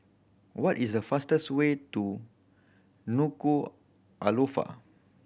what is the fastest way to Nuku'alofa